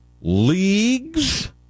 leagues